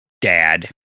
Dad